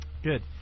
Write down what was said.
Good